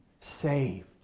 saved